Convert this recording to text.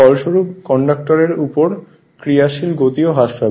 ফলস্বরূপ কন্ডাক্টরের উপর ক্রিয়াশীল শক্তিও হ্রাস পাবে